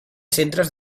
centres